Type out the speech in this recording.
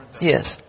Yes